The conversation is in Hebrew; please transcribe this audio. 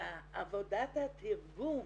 ועבודת התרגום